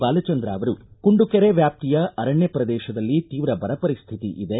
ಬಾಲಚಂದ್ರ ಅವರು ಕುಂಡುಕೆರೆ ವ್ಯಾಪ್ತಿಯ ಅರಣ್ಯ ಪ್ರದೇಶದಲ್ಲಿ ತೀವ್ರ ಬರ ಪರಿಸ್ಥಿತಿ ಇದೆ